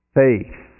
faith